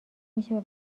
میشه